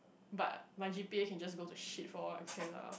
but my G_P_A can just go to shit for all I care lah